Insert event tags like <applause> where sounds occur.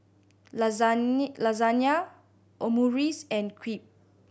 <unintelligible> Lasagne Omurice and Crepe